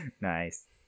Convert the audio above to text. Nice